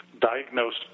diagnosed